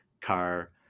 car